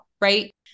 right